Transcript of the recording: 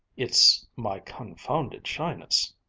it's my confounded shyness,